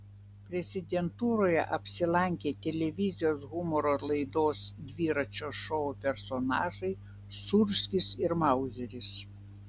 prezidentūroje apsilankė televizijos humoro laidos dviračio šou personažai sūrskis ir mauzeris